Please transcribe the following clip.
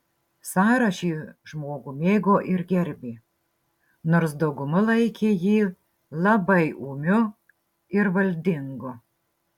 sara šį žmogų mėgo ir gerbė nors dauguma laikė jį labai ūmiu ir valdingu